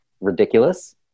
ridiculous